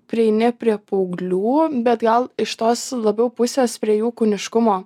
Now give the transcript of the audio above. prieini prie paauglių bet gal iš tos labiau pusės prie jų kūniškumo